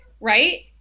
Right